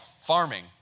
farming